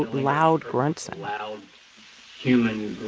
loud grunt sound. loud human